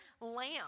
lamb